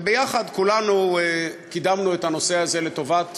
וביחד כולנו קידמנו את הנושא הזה לטובת